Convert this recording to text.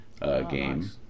game